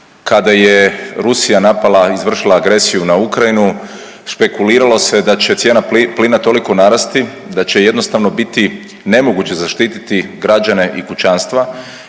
kada je Rusija napala i izvršila agresiju na Ukrajinu špekuliralo se da će cijena plina toliko narasti da će jednostavno biti nemoguće zaštititi građane i kućanstva